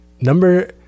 number